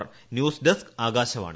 പ്രി news desk Akashvani